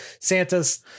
Santa's